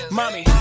mommy